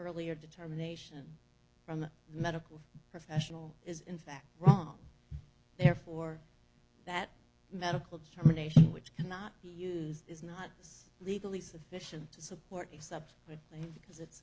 earlier determination from the medical professional is in fact wrong therefore that medical germination which cannot be used is not as legally sufficient to support a subject but because it's